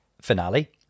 finale